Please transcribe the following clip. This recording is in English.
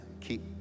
keep